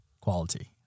quality